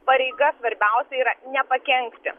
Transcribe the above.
pareiga svarbiausia yra nepakenkti